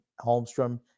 Holmstrom